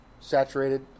saturated